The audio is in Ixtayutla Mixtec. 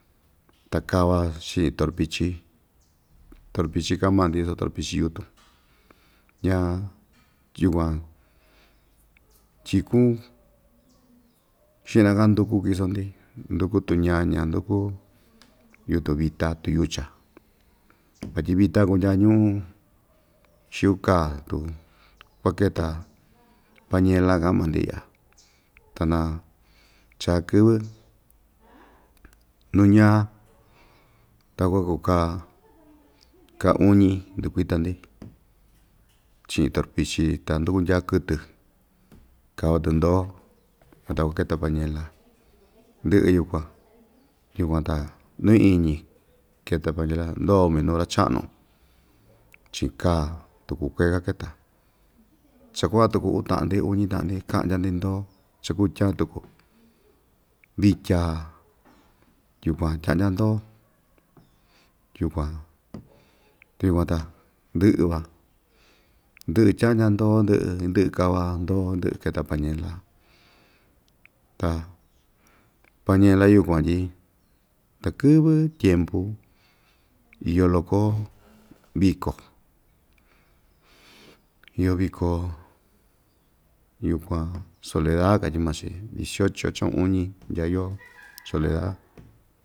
Ta kava xiꞌin torpichi torpichi kaꞌan maa‑ndi soo tropichi yutun ñaa yukuan tyikun xiꞌna‑ka nduku kiso‑ndi nduku tuñaña nduku yutun vita tiyucha vatyi vita kundya ñuꞌu xiu kaa tuu kuaketa pañela kaꞌan maa‑ndi iya tuna chaa kɨvɨ nuu ñaa takua kaa ka uñi ndukuita‑ndi chiꞌin torpichi ta ndukundya kɨtɨ kava‑tɨ ndoo ta kua keta pañela ndɨꞌɨ yukuan yukuan ta nuu iñi keta pañela ndoo minuu ra‑chaꞌnu chiꞌin kaa tuku kuee‑ka keta cha kuaꞌa tuku uu taꞌan‑ndi uñi taꞌa‑ndi kaꞌndya‑ndi ndoo cha kuu tyaan tuku vitya yukuan tyaꞌndya ndoo yukuan yukuan ta ndɨꞌɨ van ndɨꞌɨ tyaꞌndya ndoo ndɨꞌɨ ndɨꞌɨ kava ndoo ndɨꞌɨ keta pañela ta pañela yukuan tyi takɨ́vɨ́ tyempu iyo loko viko iyo viko yukuan soledad katyi maa‑chi dieciocho chaꞌun uñi ndya yoo soledad.